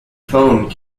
phone